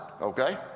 okay